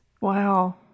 Wow